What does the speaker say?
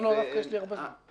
לא, יש לי הרבה זמן.